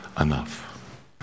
enough